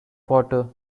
water